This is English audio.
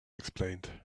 explained